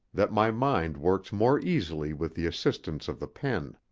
that my mind works more easily with the assistance of the pen.